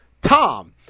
Tom